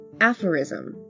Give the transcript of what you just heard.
aphorism